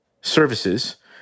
services